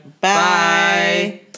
Bye